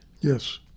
Yes